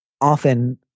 often